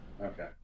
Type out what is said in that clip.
okay